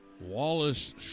Wallace